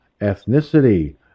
ethnicity